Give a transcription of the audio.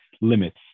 limits